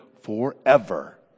forever